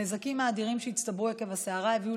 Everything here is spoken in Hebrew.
הנזקים האדירים שהצטברו עקב הסערה הביאו